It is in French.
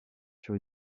sur